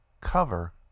cover